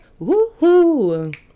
woohoo